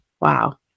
Wow